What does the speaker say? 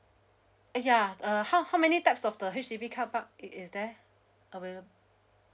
yeah err how how many types of the H_D_B carpark it is there available